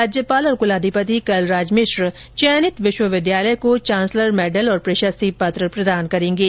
राज्यपाल और कुलाधिपति कलराज मिश्र चयनित विश्वविद्यालय को चांसलर मेडल और प्रशस्ति पत्र प्रदान करेंगे